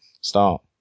start